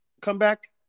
comeback